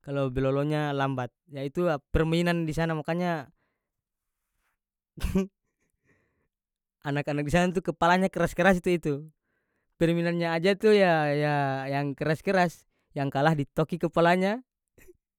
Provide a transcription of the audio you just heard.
kalo bilolonya lambat ya itu ap- permainan di sana makanya anak-anak di sana tu kepalanya keras-keras tu itu permainannya aja tu yah yah yang keras-keras yang kalah ditoki kepalanya.